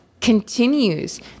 continues